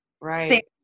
right